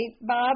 Bob